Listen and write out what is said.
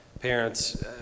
parents